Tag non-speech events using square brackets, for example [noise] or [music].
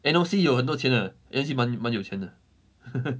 N_O_C 有很多钱的 N_O_C 蛮蛮有钱的 [laughs]